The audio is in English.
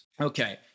Okay